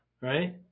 right